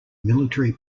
military